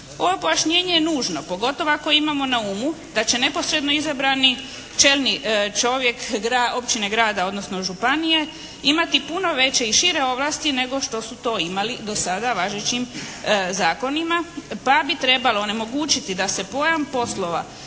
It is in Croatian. Ovo pojašnjenje je nužno pogotovo ako imamo na umu da će neposredno izabrani čelni čovjek općine, grada odnosno županije imati puno veće i šire ovlasti nego što su to imali do sada važećim zakonima pa bi trebalo onemogućiti da se pojam poslova